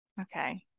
Okay